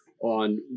on